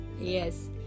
yes